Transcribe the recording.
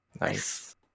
Nice